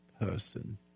person